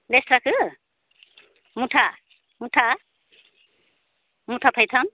लेस्राखो मुथा मुथा मुथा थाइथाम